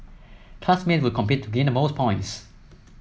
classmates would compete to gain the most points